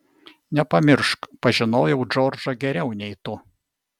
nepamiršk pažinojau džordžą geriau nei tu